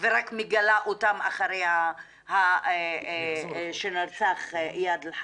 ורק מגלה אותן אחרי שנרצח איאד אל חלאק.